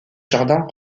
jardin